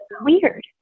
weird